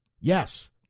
Yes